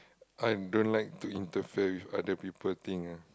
I don't like to interfere with other people thing ah